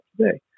today